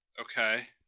Okay